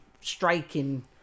striking